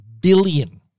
billion